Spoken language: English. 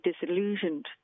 disillusioned